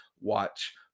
watch